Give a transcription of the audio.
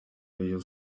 rayon